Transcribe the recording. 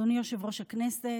אדוני יושב-ראש הכנסת,